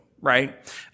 right